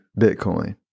Bitcoin